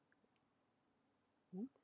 mm